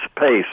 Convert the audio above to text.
pace